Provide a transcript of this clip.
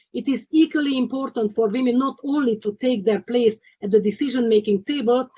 it is equally important for women not only to take their place at the decision-making table,